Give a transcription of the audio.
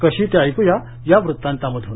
कशी ते ऐक्या या वृत्तांतामधून